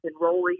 enrolling